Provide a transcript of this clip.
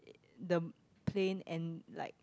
the plane and like